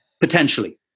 potentially